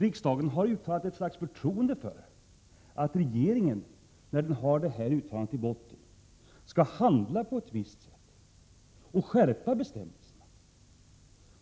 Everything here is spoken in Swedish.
Riksdagen har uttalat ett slags förtroende för att regeringen, med detta uttalande i botten, skall handla på ett visst sätt och skärpa bestämmelserna.